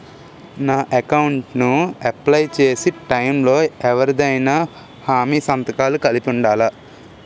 నా అకౌంట్ ను అప్లై చేసి టైం లో ఎవరిదైనా హామీ సంతకాలు కలిపి ఉండలా?